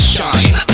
Shine